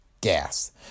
Gas